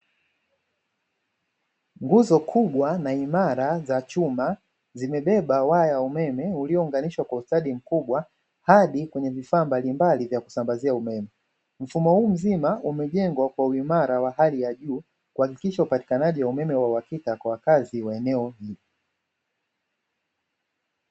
Nguzo kubwa na imara za chuma, zimebeba waya wa umeme uliounganishwa kwa ustadi mkubwa hadi kwenye vifaa mbalimbali vya kusambazia umeme, mfumo huu mzima, umejengwa kwa uimara wa hali ya juu ,kuhakikisha upatikanaji wa umeme wa uhakika kwa wakazi wa eneo hilio.